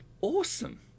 awesome